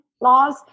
laws